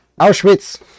Auschwitz